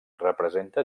representa